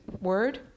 word